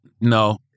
No